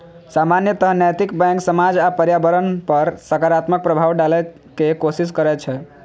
सामान्यतः नैतिक बैंक समाज आ पर्यावरण पर सकारात्मक प्रभाव डालै के कोशिश करै छै